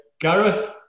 Gareth